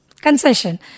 concession